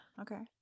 Okay